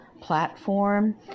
platform